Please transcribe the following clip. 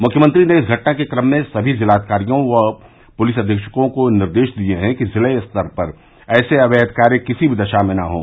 मुख्यमंत्री ने इस घटना के क्रम में समी जिलाधिकारियों व पुलिस अधीक्षकों को यह निर्देश दिए हैं कि जिलास्तर पर ऐसे अवैध कार्य किसी भी दशा में न हों